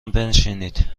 بنشینید